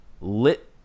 lit